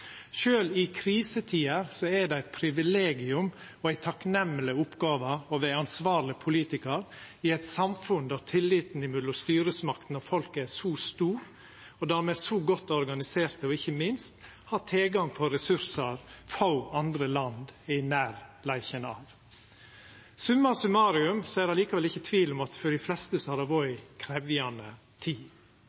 i krisetider er det eit privilegium og ei takknemleg oppgåve å vera ansvarleg politikar i eit samfunn der tilliten mellom styresmaktene og folket er så stor, der me er så godt organiserte, og ikkje minst der me har tilgang på ressursar få andre land er i nærleiken av. Summa summarum er det likevel ikkje tvil om at for dei fleste har det vore ei krevjande tid.